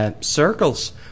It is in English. circles